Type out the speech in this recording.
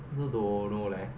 also don't know leh